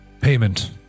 payment